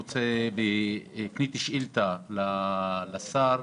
שאילתה לשר.